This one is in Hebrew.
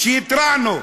כשהתרענו,